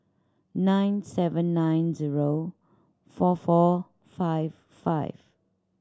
nine seven nine zero four four five five